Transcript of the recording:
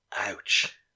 Ouch